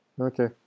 Okay